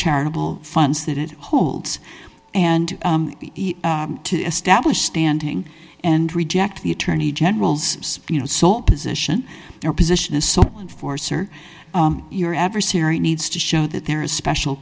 charitable funds that it holds and to establish standing and reject the attorney general's you know so position their position is so enforcer your adversary needs to show that they're a special